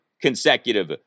consecutive